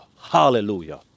Hallelujah